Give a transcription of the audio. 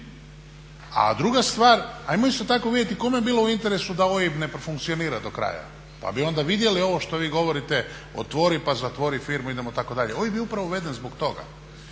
A druga stvar, ajmo isto tako vidjeti kome je bilo u interesu da OIB ne profunkcionira do kraja, pa bi onda vidjeli ovo što vi govorite otvori pa zatvori firmu idemo tako dalje. OIB je upravo uveden zbog toga.